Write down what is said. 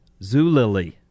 Zulily